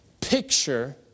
picture